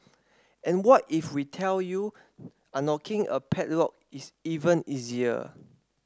and what if we tell you unlocking a padlock is even easier